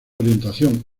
orientación